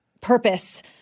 purpose